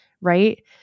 Right